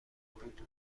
بود